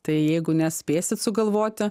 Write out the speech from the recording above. tai jeigu nespėsit sugalvoti